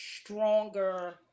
stronger